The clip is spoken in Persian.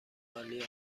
عالی